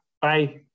Bye